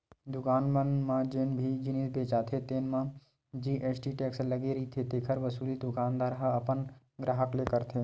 दुकान मन म जेन भी जिनिस बेचाथे तेन म जी.एस.टी टेक्स लगे रहिथे तेखर वसूली दुकानदार ह अपन गराहक ले करथे